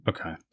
Okay